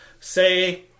say